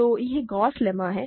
तो यह Gauss lemma है